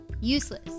useless